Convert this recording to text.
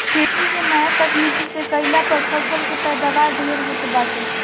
खेती के नया तकनीकी से कईला पअ फसल के पैदावार ढेर होत बाटे